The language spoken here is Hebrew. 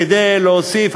כדי להוסיף,